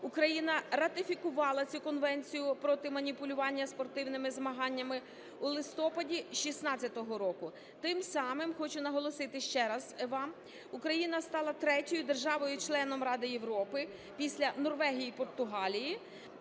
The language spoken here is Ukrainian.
Україна ратифікувала цю Конвенцію проти маніпулювання спортивними змаганнями у листопаді 16-го року. Тим самим, хочу наголосити ще раз вам, Україна стала третьою державою-членом Ради Європи після Норвегії і Португалії